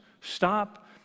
stop